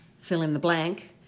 fill-in-the-blank